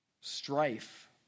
Strife